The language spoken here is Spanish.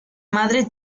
madre